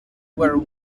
where